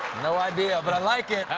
no idea but i like it.